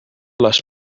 les